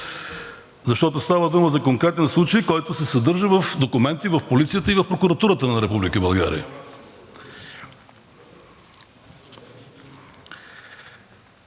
защото става дума за конкретен случай, който се съдържа в документи в полицията и в Прокуратурата на